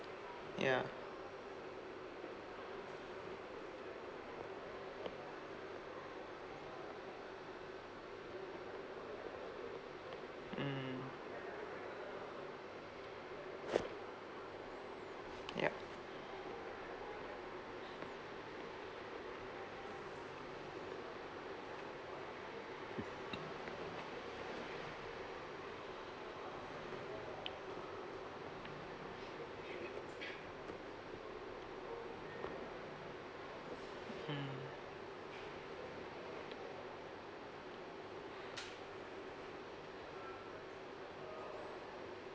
ya mm yup hmm